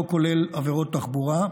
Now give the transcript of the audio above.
לא כולל עבירות תחבורה,